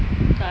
entah eh